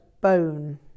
bone